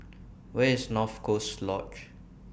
Where IS North Coast Lodge